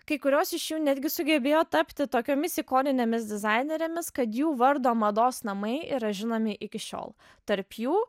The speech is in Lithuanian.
kai kurios iš jų netgi sugebėjo tapti tokiomis ikoninėmis dizainerėmis kad jų vardo mados namai yra žinomi iki šiol tarp jų